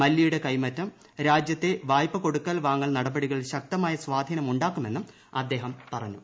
മല്യയുടെ കൈമാറ്റം രാജ്യത്തെ വായ്പ്പു കൊടുക്കൽ വാങ്ങൽ നടപടികളിൽ ശക്തമായ സ്വാധീനം ഉണ്ടാക്കുമെന്നും അദ്ദേഹം പറഞ്ഞു